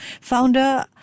founder